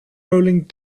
rolling